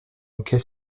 hockey